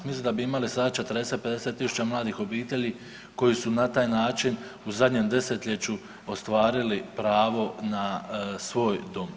Mislim da bi imali sada 40-50.000 mladih obitelji koji su na taj način u zadnjem desetljeću ostvarili pravo na svoj dom.